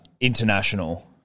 international